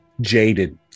jaded